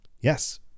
Yes